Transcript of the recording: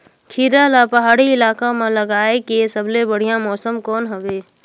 खीरा ला पहाड़ी इलाका मां लगाय के सबले बढ़िया मौसम कोन हवे?